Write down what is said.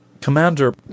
Commander